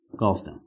gallstones